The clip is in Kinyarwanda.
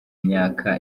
myaka